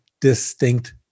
distinct